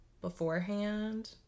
beforehand